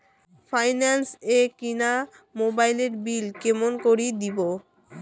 Finance এ কিনা মোবাইলের বিল কেমন করে দিবো?